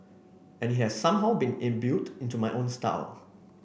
and it has somehow been imbued into my own style